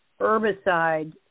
herbicide